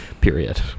Period